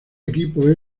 equipo